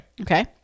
Okay